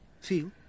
feel